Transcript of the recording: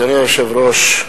אדוני היושב-ראש,